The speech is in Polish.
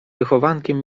wychowankiem